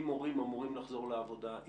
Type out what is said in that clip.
אם הורים אמורים לחזור לעבודה ,